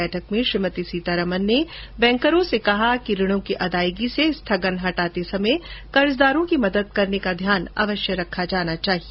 बैठक में श्रीमती सीतारामन ने बैंकरो से कहा कि ऋणों की अदायगी से स्थगन हटाते समय कर्जदारों की मदद करने का ध्यान अवश्य रखा जाना चाहिए